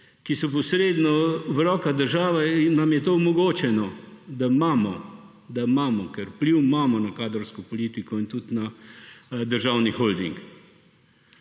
ki so posredno v rokah države, vam je to omogočeno, da imamo. Ker vpliv imamo na kadrovsko politiko in tudi na državni holding.